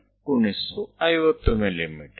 me ಗುಣಿಸು 50 ಮಿ